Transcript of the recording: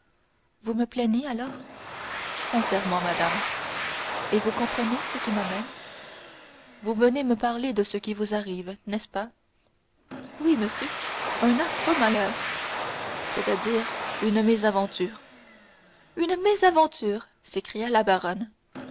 vous me plaignez alors sincèrement madame et vous comprenez ce qui m'amène vous venez me parler de ce qui vous arrive n'est-ce pas oui monsieur un affreux malheur c'est-à-dire une mésaventure une mésaventure s'écria la baronne